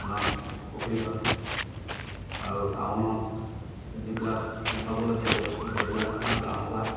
আমাৰ প্ৰফিট হয় আৰু টাউনত যিবিলাক নেপাবলগীয়া বস্তু সেইবিলাক আমাৰ গাঁৱৰ পৰা